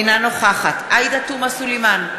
אינה נוכחת עאידה תומא סלימאן,